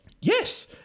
Yes